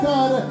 God